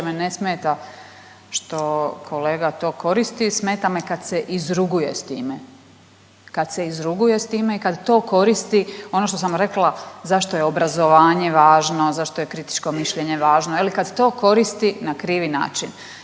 me ne smeta što kolega to koristi. Smeta me kad se izruguje s time, kad se izruguje s time i kad to koristi ono što sam rekla zašto je obrazovanje važno, zašto je kritičko mišljenje važno kad to koristi na krivi način.